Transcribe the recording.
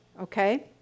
okay